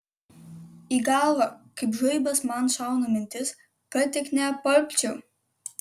į galvą kaip žaibas man šauna mintis kad tik neapalpčiau